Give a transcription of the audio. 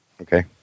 Okay